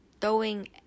throwing